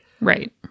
right